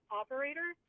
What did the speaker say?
operator